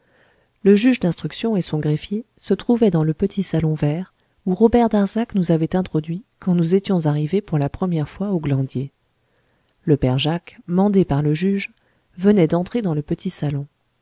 le juge d'instruction et son greffier se trouvaient dans le petit salon vert où robert darzac nous avait introduits quand nous étions arrivés pour la première fois au glandier le père jacques mandé par le juge venait d'entrer dans le petit salon